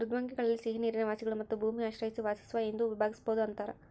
ಮೃದ್ವಂಗ್ವಿಗಳಲ್ಲಿ ಸಿಹಿನೀರಿನ ವಾಸಿಗಳು ಮತ್ತು ಭೂಮಿ ಆಶ್ರಯಿಸಿ ವಾಸಿಸುವ ಎಂದು ವಿಭಾಗಿಸ್ಬೋದು ಅಂತಾರ